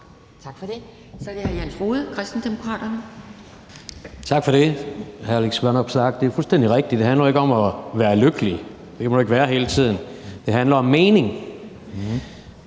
Tak for det. Så er det hr. Jens Rohde, Kristendemokraterne. Kl. 17:38 Jens Rohde (KD): Tak for det, hr. Alex Vanopslagh. Det er fuldstændig rigtigt: Det handler ikke om at være lykkelig – det kan man jo ikke være hele tiden – det handler om mening.